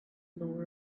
law